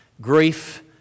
Grief